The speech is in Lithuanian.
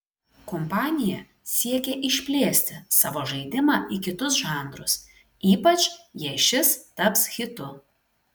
kompanija siekia išplėsti savo žaidimą į kitus žanrus ypač jei šis taps hitu